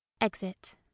Exit